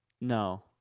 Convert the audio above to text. No